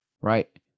right